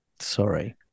Sorry